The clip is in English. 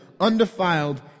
undefiled